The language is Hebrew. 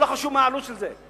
ולא חשוב מה העלות של זה.